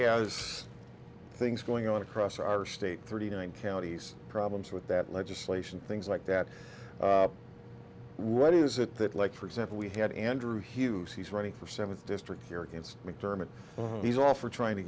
as things going on across our state thirty nine counties problems with that legislation things like that what is it that like for example we had andrew hughes he's running for seventh district here against mcdermott he's off for trying to